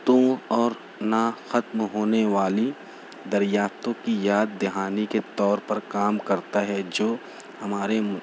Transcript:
توں اور نہ ختم ہونے والی دریافتوں کی یاددہانی کے طور پر کام کرتا ہیں جو ہمارے